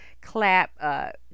clap